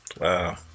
wow